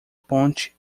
ponte